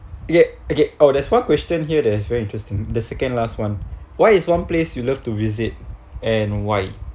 okay okay oh there's one question here that is very interesting the second last one what is one place you love to visit and why